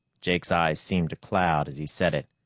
jake's eyes seemed to cloud as he said it.